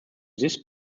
this